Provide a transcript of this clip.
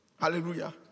Hallelujah